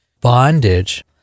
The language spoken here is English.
bondage